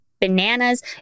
bananas